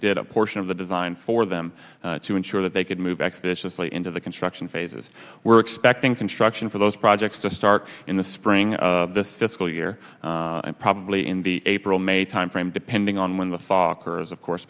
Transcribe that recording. did a portion of the design for them to ensure that they could move expeditiously into the construction phases we're expecting construction for those projects to start in the spring this fiscal year and probably in the april may timeframe depending on when the fockers of course